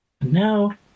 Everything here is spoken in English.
Now